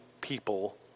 people